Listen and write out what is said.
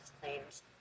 claims